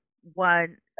one